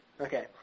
Okay